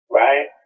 right